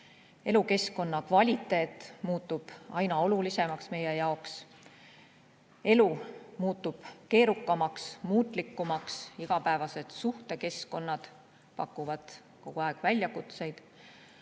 Elukeskkonna kvaliteet muutub aina olulisemaks meie jaoks. Elu muutub keerukamaks, muutlikumaks, igapäevased suhtekeskkonnad pakuvad kogu aeg väljakutseid.